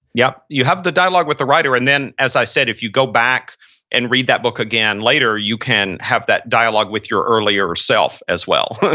yup. you have the dialogue with the writer and then as i said, if you go back and read that book again later, you can have that dialog with your earlier self as well.